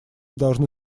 должны